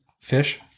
fish